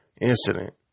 incident